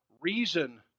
reason